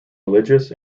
religious